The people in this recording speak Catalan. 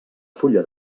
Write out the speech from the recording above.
fulla